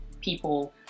people